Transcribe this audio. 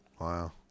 Wow